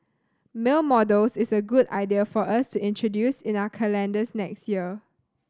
male models is a good idea for us to introduce in our calendars next year